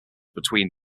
between